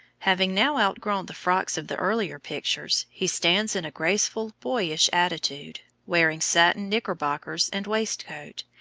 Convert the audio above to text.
having now outgrown the frocks of the earlier pictures, he stands in a graceful boyish attitude, wearing satin knickerbockers and waistcoat,